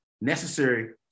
necessary